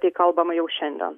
tai kalbama jau šiandien